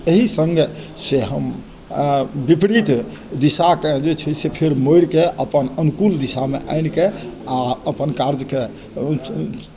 एहि सङ्गे से हम विपरीत दिशाके जे छै से फेर मोड़िके अपन अनुकूल दिशामे आनिके आओर अपन कार्यके